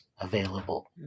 available